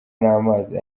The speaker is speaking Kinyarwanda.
n’amazi